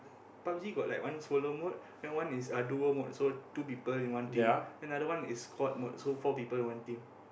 Pub-G got one solo mode then one is uh duo mode so two people in one team then another one is squad mode so four people in one team